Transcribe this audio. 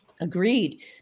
Agreed